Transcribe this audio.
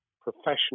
professional